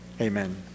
Amen